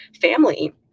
family